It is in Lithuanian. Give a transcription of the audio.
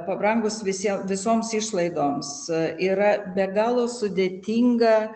pabrangus visiem visoms išlaidoms yra be galo sudėtinga